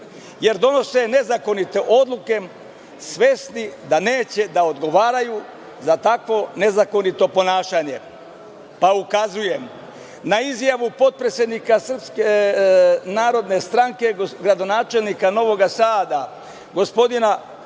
jer donose nezakonite odluke svesni da neće da odgovaraju za takvo nezakonito ponašanje. Ukazujem na izjavu potpredsednika Srpske narodne stranke, gradonačelnika Novog Sada, gospodina Vučevića